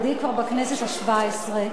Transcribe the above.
כבר בכנסת השבע-עשרה.